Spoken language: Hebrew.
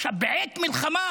עכשיו בעת מלחמה